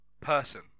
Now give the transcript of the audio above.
person